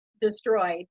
destroyed